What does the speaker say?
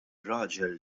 raġel